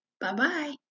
Bye-bye